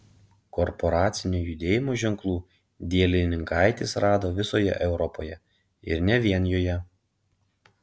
korporacinio judėjimo ženklų dielininkaitis rado visoje europoje ir ne vien joje